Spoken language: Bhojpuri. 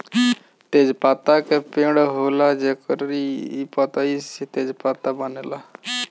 तेजपात के पेड़ होला जेकरी पतइ से तेजपात बनेला